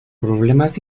problemas